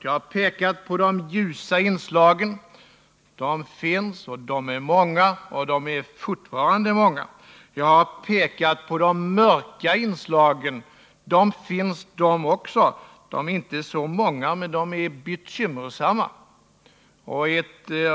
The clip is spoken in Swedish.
Jag har pekat på de ljusa inslagen. De finns, och de är fortfarande många. Jag har pekat på de mörka inslagen; de finns de också. De är inte så många, men de är bekymmersamma.